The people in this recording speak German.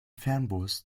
fernbus